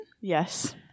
Yes